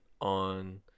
on